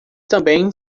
também